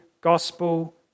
gospel